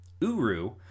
uru